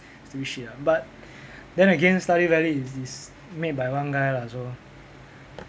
stupid shit ah but then again stardew valley is is made by one guy lah so